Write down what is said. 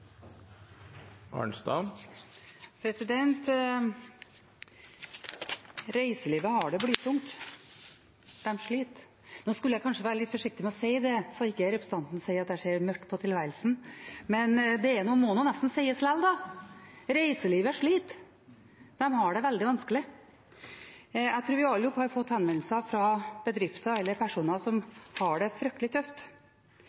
Reiselivet har det blytungt. De sliter. Jeg skulle kanskje være litt forsiktig med å si det, så ikke representanten sier at jeg ser mørkt på tilværelsen, men det må nesten sies lell: Reiselivet sliter. De har det veldig vanskelig. Jeg tror vi alle har fått henvendelser fra bedrifter eller personer